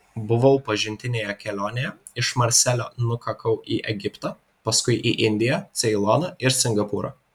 buvau pažintinėje kelionėje iš marselio nukakau į egiptą paskui į indiją ceiloną ir singapūrą